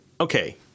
Okay